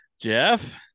Jeff